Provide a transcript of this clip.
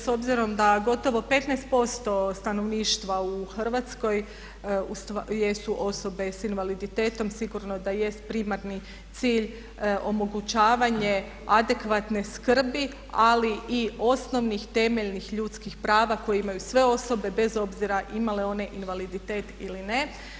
S obzirom da gotovo 15% stanovništva u Hrvatskoj jesu osobe sa invaliditetom sigurno da jest primarni cilj omogućavanje adekvatne skrbi ali i osnovnih temeljnih ljudskih prava koje imaju sve osobe bez obzira imale one invaliditet ili ne.